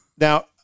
now